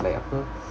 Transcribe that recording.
like apa